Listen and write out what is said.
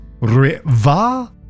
re'va